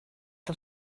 del